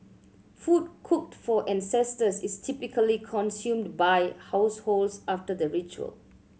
food cooked for ancestors is typically consumed by households after the ritual